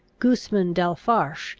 gusman d'alfarache,